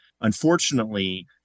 Unfortunately